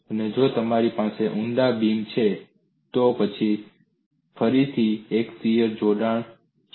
અને જો તમારી પાસે ઊંડા બીમ છે તો પછી ફરીથી એક શીયર જોડાણ છે